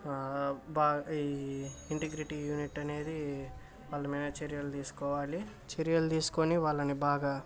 బా ఈ integrity unit అనేది వాళ్ళ మీద చర్యలు తీసుకోవాలి చర్యలు తీసుకుని వాళ్ళని బాగా